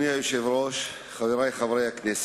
אדוני היושב-ראש, חברי חברי הכנסת,